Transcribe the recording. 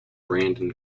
brandon